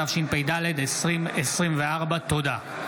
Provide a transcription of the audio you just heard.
התשפ"ד 2024. תודה.